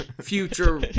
future